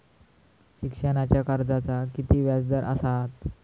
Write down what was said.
शिक्षणाच्या कर्जाचा किती व्याजदर असात?